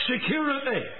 security